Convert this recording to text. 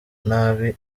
nabi